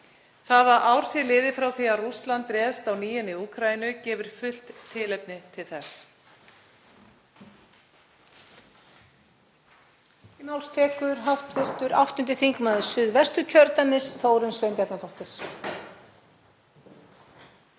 Það að ár sé liðið frá því að Rússland réðst á ný inn í Úkraínu gefur fullt tilefni til þess.